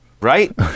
Right